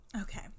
Okay